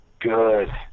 good